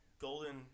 Golden